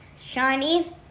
shiny